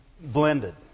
blended